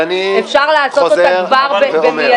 אז אני חוזר ---- ואפשר לעשות אותה כבר מיידית.